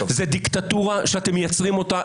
זאת דיקטטורה שאתם מייצרים אותה.